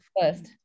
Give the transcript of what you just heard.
first